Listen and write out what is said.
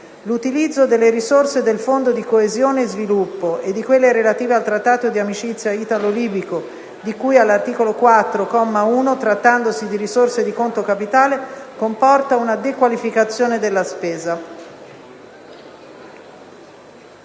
l'utilizzo delle risorse del Fondo di coesione e sviluppo e di quelle relative al Trattato di amicizia italo-libico, di cui all'articolo 4, comma 1, trattandosi di risorse di conto capitale, comporta una dequalificazione della spesa».